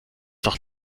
doch